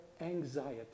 anxiety